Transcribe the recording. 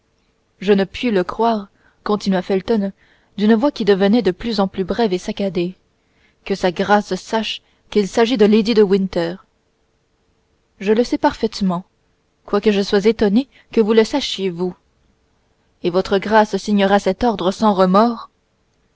je ne puis croire continua felton d'une voix qui devenait de plus en plus brève et saccadée que sa grâce sache qu'il s'agit de lady de winter je le sais parfaitement quoique je sois étonné que vous le sachiez vous et votre grâce signera cet ordre sans remords